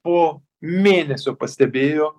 po mėnesio pastebėjo